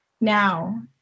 now